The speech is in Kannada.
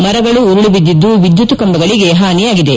ಮರಗಳು ಉರುಳಿಬಿದ್ದಿದ್ದು ವಿದ್ಯುತ್ ಕಂಬಗಳಿಗೆ ಹಾನಿಯಾಗಿದೆ